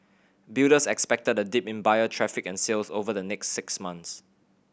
builders expected a dip in buyer traffic and sales over the next six months